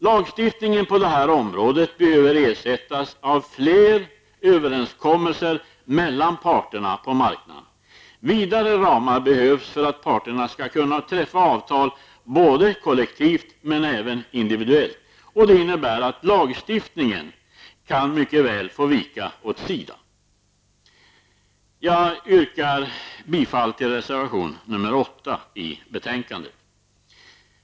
Lagstiftningen på detta område behöver ersättas av flera överenskommelser mellan parterna på marknaden. Vidare ramar behövs för att parterna skall kunna träffa avtal såväl kollektivt som individuellt. Det innebär att lagstiftningen mycket väl kan få vikas åt sidan. Jag yrkar bifall till reservation 8 i betänkandet.